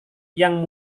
yang